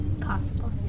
possible